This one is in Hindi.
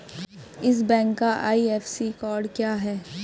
इस बैंक का आई.एफ.एस.सी कोड क्या है?